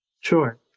Sure